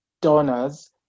donors